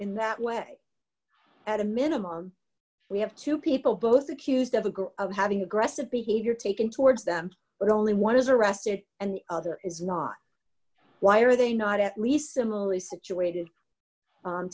in that way at a minimum we have two people both accused of a girl having aggressive behavior taken towards them but only one is arrested and the other is not why are they not at least similarly situated